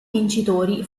vincitori